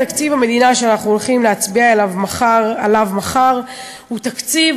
תקציב המדינה שאנחנו הולכים להצביע עליו מחר הוא תקציב